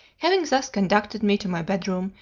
having thus conducted me to my bedroom,